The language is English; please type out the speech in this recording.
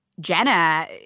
Jenna